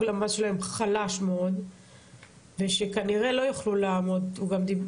הלמ"ס שלהן חלש מאוד ושכנראה לא יוכלו לעמוד בזה.